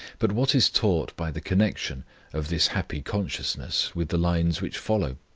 but what is taught by the connection of this happy consciousness with the lines which follow?